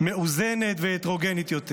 מאוזנת והטרוגנית יותר.